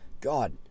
God